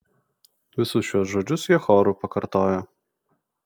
visus šiuos žodžius jie choru pakartojo